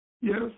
Yes